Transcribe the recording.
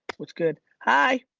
what's good? hi.